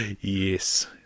Yes